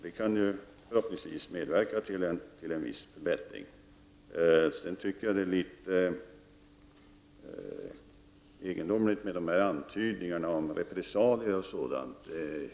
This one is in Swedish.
Det kan förhoppningsvis medverka till en viss förbättring. Jag tycker att Per Westerbergs antydningar om repressalier och liknande är litet egendomliga.